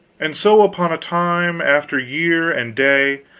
and so upon a time, after year and day,